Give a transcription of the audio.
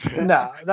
No